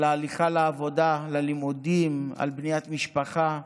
על ההליכה לעבודה, ללימודים, על בניית משפחה,